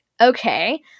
okay